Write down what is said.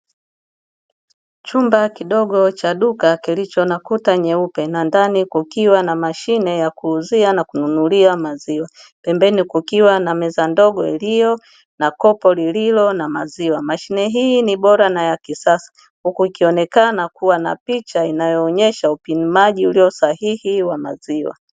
Chumba kidogo cha duka kilicho na kuta nyeupe na ndani kukiwa na mashine ya kuuzia na kununulia maziwa. Pembeni kukiwa na mita ndogo iliyo na kopo lililo na maziwa. Mashine hii ni bora na ya kisasa huku ikionekana kuwa na picha inayoonyesha upimaji ulio sahihi wa maziwa.